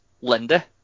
linda